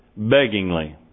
beggingly